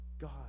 God